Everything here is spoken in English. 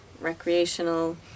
recreational